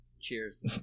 Cheers